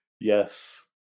Yes